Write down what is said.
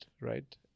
right